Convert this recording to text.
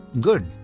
Good